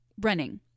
running